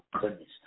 goodness